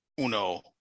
uno